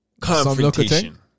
confrontation